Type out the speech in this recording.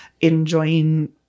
enjoying